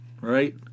right